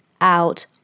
out